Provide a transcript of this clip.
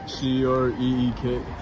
C-R-E-E-K